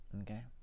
okay